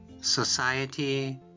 society